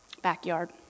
backyard